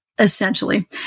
essentially